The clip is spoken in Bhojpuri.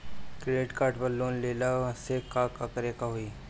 क्रेडिट कार्ड पर लोन लेला से का का करे क होइ?